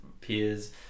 peers